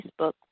Facebook